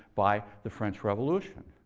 by the french revolution.